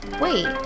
Wait